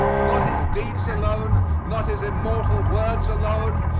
not his deeds alone, not his immortal words alone,